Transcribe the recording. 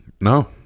No